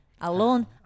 Alone